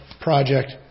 project